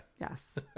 Yes